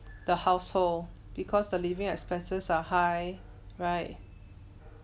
the household because the living expenses are high right